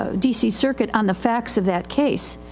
ah dc circuit on the facts of that case.